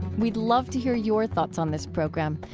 we'd love to hear your thoughts on this program.